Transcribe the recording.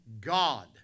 God